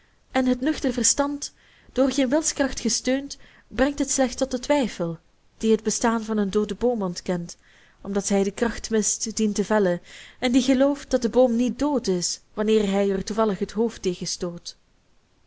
en het nuchter verstand door geen wilskracht gesteund brengt het slechts tot den twijfel die het bestaan van een dooden boom ontkent omdat hij de kracht mist dien te vellen en die gelooft dat de boom niet dood is wanneer hij er toevallig het hoofd tegen stoot